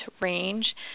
range